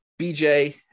BJ